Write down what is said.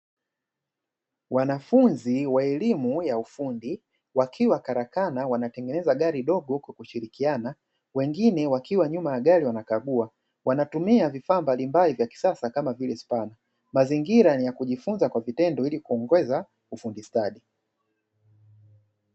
Wanafunzi wa elimu ya ufundi wakiwa karakana wanatengeneza gari dogo kwa kushirikiana. Wengine wakiwa nyuma ya gari wanakagua. Wanatumia vifaa mbalimbali vya kisasa kama vile spana. Mazingira ni ya kujifunza kwa vitendo ili kuongeza ufundi stadi.